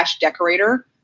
decorator